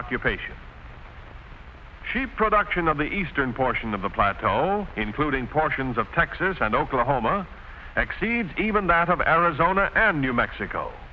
occupation she production of the eastern portion of the plateau including portions of texas and oklahoma exceeds even that of arizona and new mexico